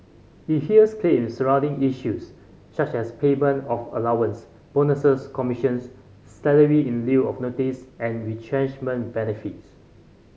it hears claims surrounding issues such as payment of allowance bonuses commissions salary in lieu of notice and retrenchment benefits